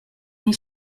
nii